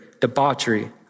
debauchery